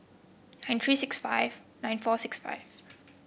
nine three six five nine four six five